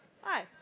Hi